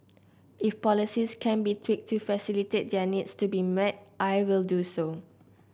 if policies can be tweaked to facilitate their needs to be met I will do so